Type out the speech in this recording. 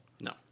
No